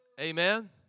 Amen